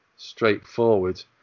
straightforward